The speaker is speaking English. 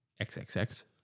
XXX